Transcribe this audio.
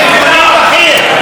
ביטחוני בכיר.